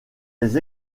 les